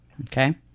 okay